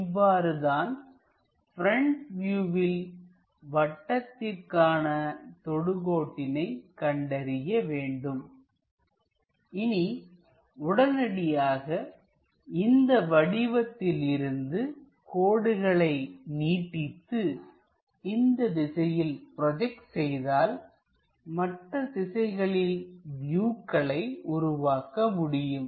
இவ்வாறுதான் ப்ரெண்ட் வியூவில் வட்டத்திற்கான தொடுகோட்டினை கண்டறிய வேண்டும் இனி உடனடியாக இந்த வடிவத்திலிருந்து கோடுகளை நீட்டித்து இந்த திசையில் ப்ரோஜெக்ட் செய்தால் மற்ற திசைகளில் வியூக்களை உருவாக்க முடியும்